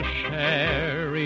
share